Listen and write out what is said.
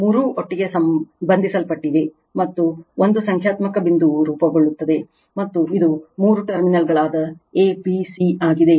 ಮೂರೂ ಒಟ್ಟಿಗೆ ಬಂಧಿಸಲ್ಪಟ್ಟಿವೆ ಮತ್ತು ಒಂದು ಸಂಖ್ಯಾತ್ಮಕ ಬಿಂದುವು ರೂಪುಗೊಳ್ಳುತ್ತದೆ ಮತ್ತು ಇದು ಮೂರು ಟರ್ಮಿನಲ್ಗಳಾದ a b c ಆಗಿದೆ